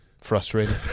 frustrating